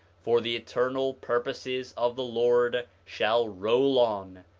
for the eternal purposes of the lord shall roll on,